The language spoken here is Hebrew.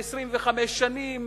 ו-25 שנים,